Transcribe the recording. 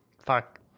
Fuck